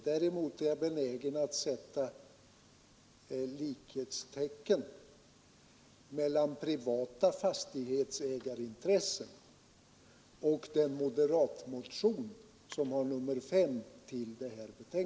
Däremot är jag benägen att sätta likhetstecken mellan privata fastighetsägarintressen och den moderatreservation till det här betänkandet som har nr 5.